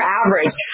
average